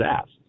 asked